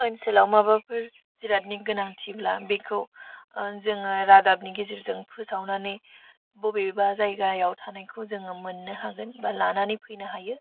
ओनसोलाव माबाफोर जिरादनि गोनांथिब्ला बिखौ जोङो रादाबनि गेजेरजों फोसावनानै बबेबा जायगायाव थानायखौ जोङो मोननो हागोन बा लानान फैनो हायो